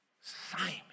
Simon